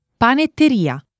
Panetteria